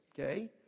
Okay